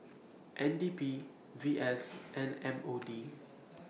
N D P V S and M O D